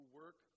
work